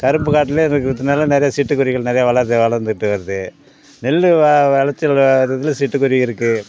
கருப்பு காட்டிலே இருக்கிறனால நிறைய சிட்டுக்குருவிகள் நிறையா வளர்து வளர்ந்துட்டு வருது நெல் வ விளச்சலு இது இதில் சிட்டுக்குருவி இருக்குது